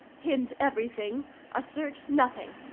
hint everything assert nothing.